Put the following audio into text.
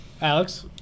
Alex